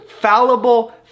fallible